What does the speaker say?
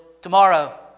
tomorrow